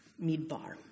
Midbar